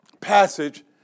passage